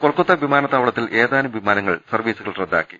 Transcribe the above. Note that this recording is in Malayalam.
കൊൽക്കത്ത വിമാനത്താവളത്തിൽ ഏതാനും വിമാനങ്ങൾ സർവീസുകൾ റദ്ദാക്കി